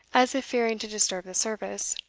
as if fearing to disturb the service,